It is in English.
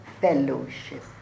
fellowship